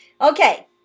Okay